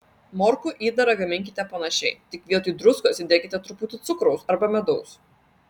morkų įdarą gaminkite panašiai tik vietoj druskos įdėkite truputį cukraus arba medaus